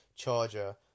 charger